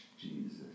Jesus